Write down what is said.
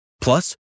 Plus